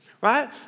Right